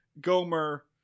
Gomer